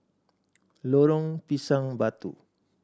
Lorong Pisang Batu